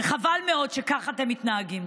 וחבל מאוד שכך אתם מתנהגים.